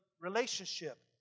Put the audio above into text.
relationship